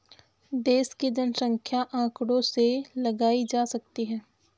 देश की जनसंख्या आंकड़ों से लगाई जा सकती है